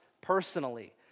personally